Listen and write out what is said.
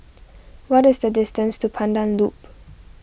what is the distance to Pandan Loop